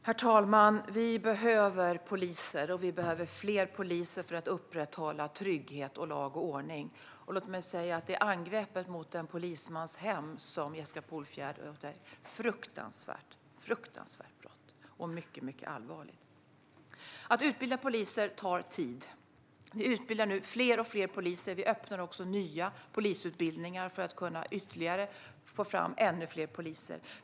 Herr talman! Vi behöver poliser, och vi behöver fler poliser för att upprätthålla trygghet och lag och ordning. Låt mig säga att det angrepp mot en polismans hem som Jessica Polfjärd tog upp verkligen är ett fruktansvärt brott, och det är mycket allvarligt. Att utbilda poliser tar tid. Vi utbildar nu fler och fler poliser, och vi öppnar också nya polisutbildningar för att ytterligare kunna få fram ännu fler poliser.